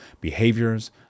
behaviors